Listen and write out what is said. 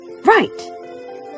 Right